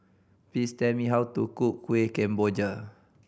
please tell me how to cook Kueh Kemboja